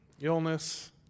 Illness